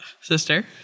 Sister